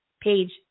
page